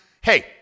Hey